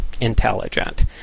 intelligent